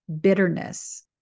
bitterness